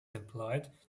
employed